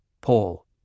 Paul